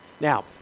Now